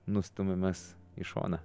nustumiamas į šoną